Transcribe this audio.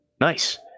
Nice